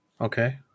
Okay